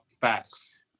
facts